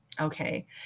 okay